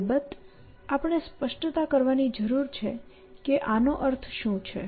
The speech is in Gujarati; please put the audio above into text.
અલબત્ત આપણે સ્પષ્ટતા કરવાની જરૂર છે કે આનો અર્થ શું છે